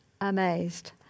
amazed